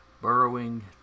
burrowing